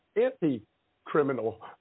anti-criminal